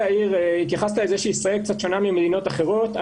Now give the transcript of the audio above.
התייחסת לזה שישראל קצת שונה ממדינות אחרות.